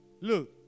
Look